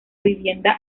vivienda